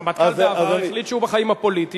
הרמטכ"ל בעבר החליט שהוא בחיים הפוליטיים.